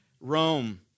Rome